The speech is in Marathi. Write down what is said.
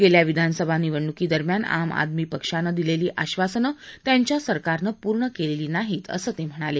गेल्या विधानसभा निवडणुकी दरम्यान आम आदमी पक्षानं दिलेली आबासनं त्यांच्या सरकारनं पूर्ण केलेली नाहीत असं ते म्हणाले